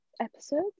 episodes